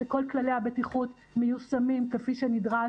שכל כללי הבטיחות מיושמים כפי שנדרש,